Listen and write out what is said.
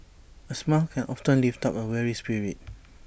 A smile can often lift up A weary spirit